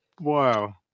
Wow